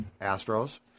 Astros